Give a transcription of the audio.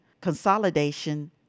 consolidation